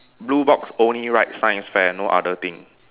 blue box only write science fair no other thing